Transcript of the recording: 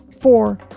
Four